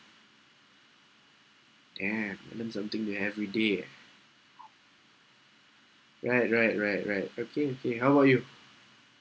eh learn something the every day ah right right right right okay okay how about you